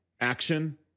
action